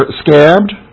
scabbed